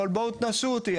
אבל בואו תנסו אותי.